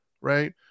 right